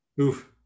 Oof